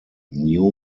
new